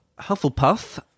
Hufflepuff